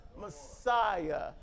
Messiah